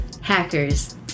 Hackers